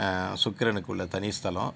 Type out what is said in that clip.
சுக்கிரனுக்கு உள்ள தனி ஸ்தலம்